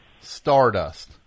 Stardust